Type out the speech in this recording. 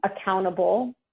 accountable